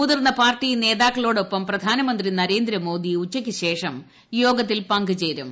മുതിർന്ന പാർട്ടി നേതാക്കളോടൊപ്പം പ്രധാനമന്ത്രി നരേന്ദ്രമോദി ഉച്ചയ്ക്ക് ശേഷം യോഗത്തിൽ പങ്കുചേരും